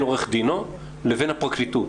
בין עורך דינו לבין הפרקליטות,